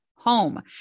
Home